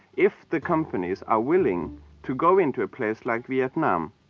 if the companies are willing to go into a place like vietnam,